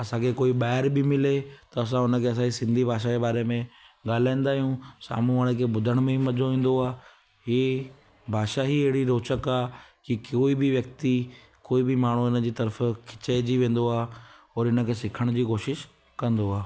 असांखे कोई ॿाहिरि बि मिले त असां उनखे असांजी सिंधी भाषा जे बारे में ॻाल्हाईंदा आहियूं साम्हूं वारे खे ॿुधण में बि मज़ो ईंदो आहे हीअ भाषा ई अहिड़ी रोचक आहे की कोई बि व्यक्ति कोई बि माण्हू उनजे तरफ़ खिचजी वेंदो आहे और इनखे सिखण जी कोशिशि कंदो आहे